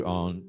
on